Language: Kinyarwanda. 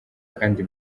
kandi